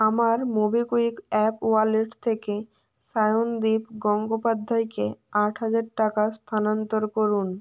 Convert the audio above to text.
আমার MobiKwik app wallet থেকে সায়নদীপ গঙ্গোপাধ্যায়কে আট হাজার টাকা স্থানান্তর করুন